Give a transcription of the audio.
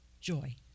joy